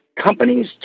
companies